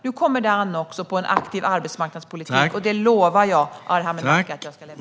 Nu kommer det också an på en aktiv arbetsmarknadspolitik, och en sådan lovar jag Arhe Hamednaca att jag ska leverera.